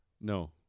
No